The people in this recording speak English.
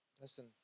Listen